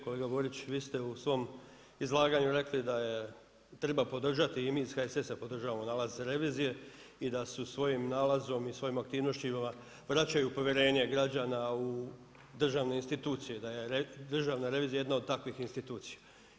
Kolega Borić, vi ste u svom izlaganju rekli da treba podržati i mi iz HSS-a podržavamo nalaz revizije i da su svojim nalazom i svojom aktivnošću vraćaju povjerenje građana u državne institucije, da je Državna revizija jedna od takvih institucija.